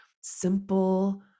simple